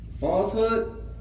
Falsehood